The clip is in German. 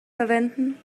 verwenden